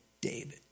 David